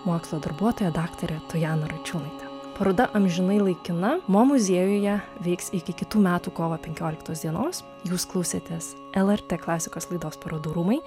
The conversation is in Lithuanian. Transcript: mokslo darbuotoja daktare tojana račiūnaite paroda amžinai laikina mo muziejuje vyks iki kitų metų kovo penkioliktos dienos jūs klausėtės lrt klasikos laidos parodų rūmai